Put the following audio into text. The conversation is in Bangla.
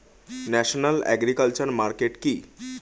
ন্যাশনাল এগ্রিকালচার মার্কেট কি?